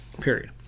period